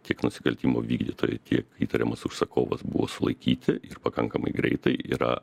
tiek nusikaltimo vykdytojai tiek įtariamas užsakovas buvo sulaikyti ir pakankamai greitai yra